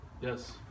Yes